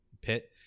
pit